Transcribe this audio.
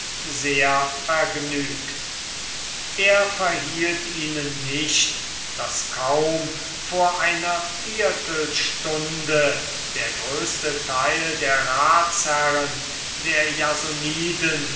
sehr vergnügt er verhielt ihnen nicht daß kaum vor einer viertelstunde der größte teil der ratsherren der